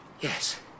Yes